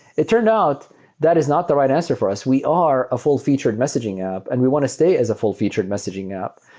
it turned out that is not the right answer for us. we are a full-featured messaging and we want to stay as a full-featured messaging app.